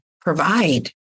provide